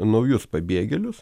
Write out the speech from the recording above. naujus pabėgėlius